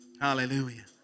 Hallelujah